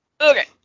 Okay